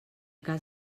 cas